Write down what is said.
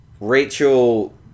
Rachel